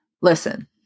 Listen